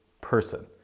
person